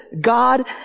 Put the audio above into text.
God